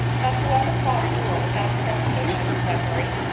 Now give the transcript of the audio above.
but whoever fought a duel without provocation, glenmurray?